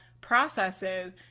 processes